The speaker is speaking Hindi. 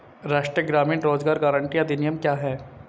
राष्ट्रीय ग्रामीण रोज़गार गारंटी अधिनियम क्या है?